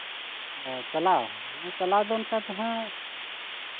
ᱚ ᱪᱟᱞᱟᱣ ᱫᱚ ᱚᱱᱠᱟ ᱫᱚ ᱦᱟᱸᱜ